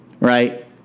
Right